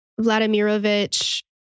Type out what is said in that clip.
Vladimirovich